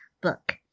book